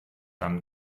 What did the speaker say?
dann